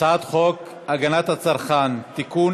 הצעת חוק הגנת הצרכן (תיקון,